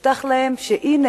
הובטח להם שהנה,